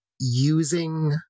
using